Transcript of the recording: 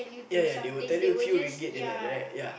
ya ya they will tell you few ringgit then like that right ya